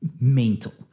mental